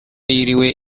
yiriwe